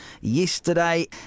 yesterday